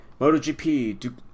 MotoGP